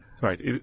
Right